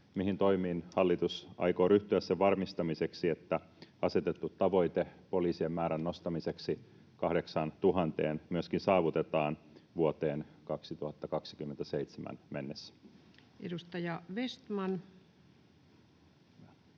mihin toimiin hallitus aikoo ryhtyä sen varmistamiseksi, että asetettu tavoite poliisien määrän nostamiseksi 8 000:een myöskin saavutetaan vuoteen 2027 mennessä? Edustaja Vestman.